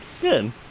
Good